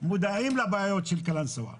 מודעים לבעיות של קלנסואה.